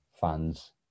fans